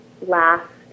last